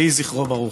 יהי זכרו ברוך.